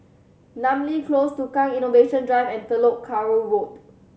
Namly Close Tukang Innovation Drive and Telok Kurau Road